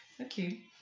okay